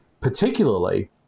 Particularly